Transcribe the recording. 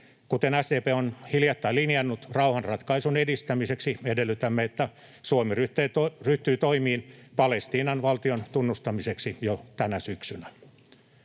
Kuten SDP on hiljattain linjannut, rauhanratkaisun edistämiseksi edellytämme, että Suomi ryhtyy toimeen Palestiinan valtion tunnustamiseksi jo tänä syksynä.